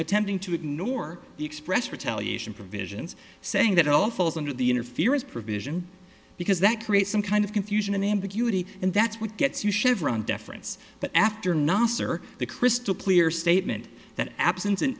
attempting to ignore the expressed retaliation provisions saying that all falls under the interference provision because that creates some kind of confusion and ambiguity and that's what gets you chevron deference but after nasr the crystal clear statement that absence an